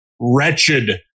wretched